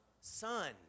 son